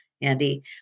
Andy